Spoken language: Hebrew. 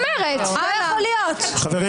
נפל.